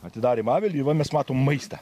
atidarėm avilį i va mes matom maistą